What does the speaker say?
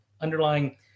underlying